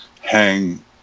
hang